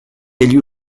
élus